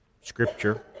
scripture